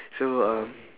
so err